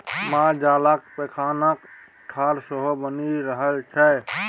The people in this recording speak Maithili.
मालजालक पैखानाक खाद सेहो बनि रहल छै